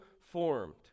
formed